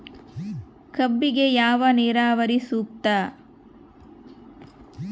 ಕಬ್ಬಿಗೆ ಯಾವ ನೇರಾವರಿ ಸೂಕ್ತ?